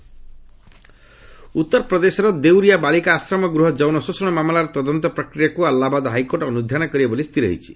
HC Deoria ଉତ୍ତର ପ୍ରଦେଶର ଦେଉରିଆ ବାଳିକା ଆଶ୍ରୟ ଗୃହ ଯୌନ ଶୋଷଣ ମାମଲାର ତଦନ୍ତ ପ୍ରକ୍ରିୟାକୁ ଆହ୍ଲାବାଦ ହାଇକୋର୍ଟ ଅନୁଧ୍ୟାନ କରିବେ ବୋଲି ସ୍ଥିର ହୋଇଛି